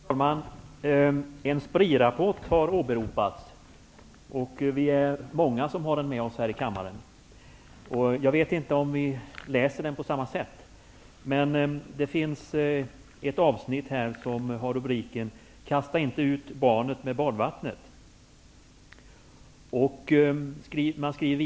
Fru talman! En SPRI-rapport har åberopats. Vi är många som har den med oss här i kammaren. Jag vet inte om vi läser den på samma sätt, men det finns ett avsnitt som har rubriken Kasta inte ut barnet med badvattnet.